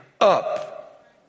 up